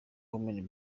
women